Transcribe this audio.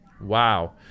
Wow